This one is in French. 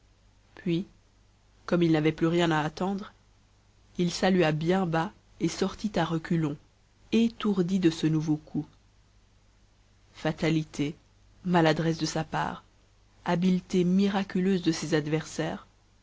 puis comme il n'avait plus rien à attendre il salua bien bas et sortit à reculons étourdi de ce nouveau coup fatalité maladresse de sa part habileté miraculeuse de ses adversaires